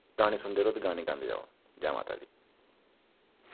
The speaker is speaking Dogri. गाने सुनदे र'वो ते गाने गांदे जाओ जै माता दी